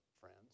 friends